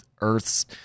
Earth's